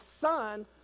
son